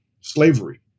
slavery